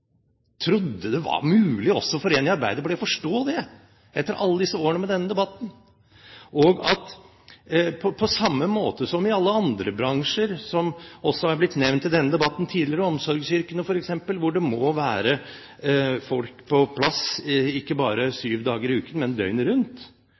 trodde det var mulig, også for en i Arbeiderpartiet, å forstå det etter alle disse årene med denne debatten. På samme måte som i alle andre bransjer, som også er blitt nevnt i denne debatten tidligere, i omsorgsyrkene f.eks., hvor det må være folk på plass, ikke bare